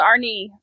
Arnie